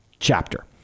chapter